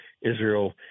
Israel